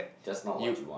that's not what you want